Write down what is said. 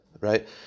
right